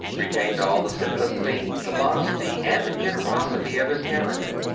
retained all the simplicity, the modesty, and the generosity of his character.